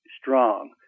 strong